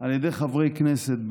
על ידי חברי כנסת,